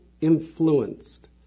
influenced